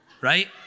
Right